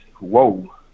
whoa